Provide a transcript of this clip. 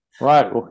right